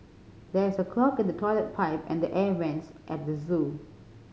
there is a clog in the toilet pipe and air vents at the zoo